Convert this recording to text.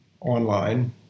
online